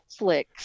Netflix